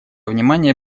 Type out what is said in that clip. внимание